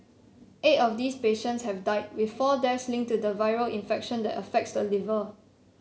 eight of these patients have died with four deaths linked to the viral infection that affects the liver